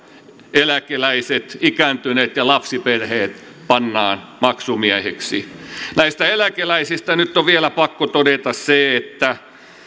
eläkeläiset ikääntyneet ja lapsiperheet pannaan maksumiehiksi näistä eläkeläisistä nyt on vielä pakko todeta se että